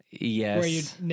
yes